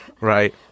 right